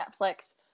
Netflix